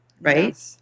Right